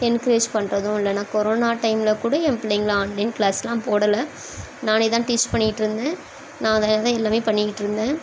encourage பண்ணுறதும் இல்லை நான் கொரோனா டைமில் கூட ஏன் பிள்ளைங்களை ஆன்லைன் க்ளாஸ்லாம் போடல நானே தான் டீச் பண்ணிட்டுருந்தேன் நானே தான் எல்லாமே பண்ணிக்கிட்டுருந்தேன்